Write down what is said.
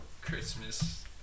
Christmas